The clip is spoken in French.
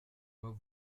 moi